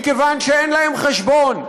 מכיוון שאין להם חשבון,